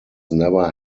never